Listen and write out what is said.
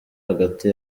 hagati